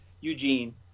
Eugene